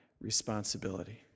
responsibility